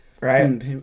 right